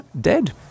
dead